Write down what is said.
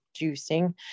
juicing